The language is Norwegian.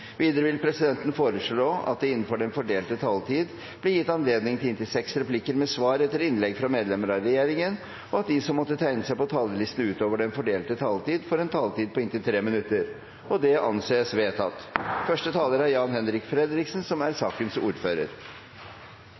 Videre vil presidenten foreslå at det – innenfor den fordelte taletid – blir gitt anledning til inntil seks replikker med svar etter innlegg fra medlemmer av regjeringen, og at de som måtte tegne seg på talerlisten utover den fordelte taletid, får en taletid på inntil 3 minutter. – Det anses vedtatt.